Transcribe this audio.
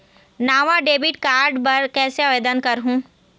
नावा debit card बर कैसे आवेदन करहूं?